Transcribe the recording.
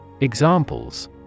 Examples